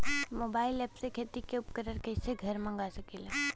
Mobile ऐपसे खेती के उपकरण कइसे घर मगा सकीला?